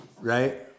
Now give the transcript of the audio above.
right